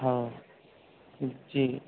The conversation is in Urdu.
ہاں جی